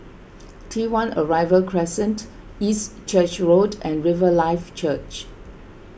T one Arrival Crescent East Church Road and Riverlife Church